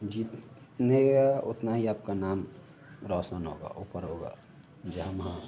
जीतने का उतना ही आपका नाम रोशन होगा ऊपर होगा जहाँ मा